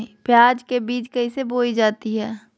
प्याज के बीज कैसे बोई जाती हैं?